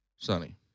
Sunny